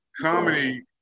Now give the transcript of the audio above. comedy